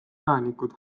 elanikud